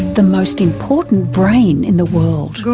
the most important brain in the world.